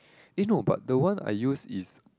eh no but the one I use is